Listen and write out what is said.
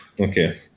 okay